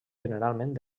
generalment